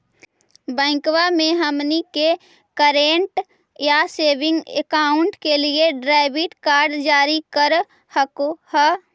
बैंकवा मे हमनी के करेंट या सेविंग अकाउंट के लिए डेबिट कार्ड जारी कर हकै है?